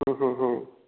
हुँ हुँ हुँ